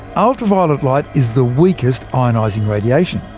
ultraviolet light is the weakest ionising radiation.